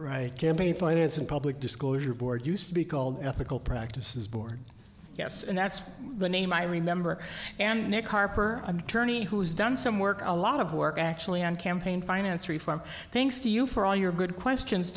finance and public disclosure board used to be called ethical practices board yes and that's the name i remember and nick harper i'm turny who has done some work a lot of work actually on campaign finance reform thanks to you for all your good questions